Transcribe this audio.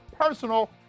personal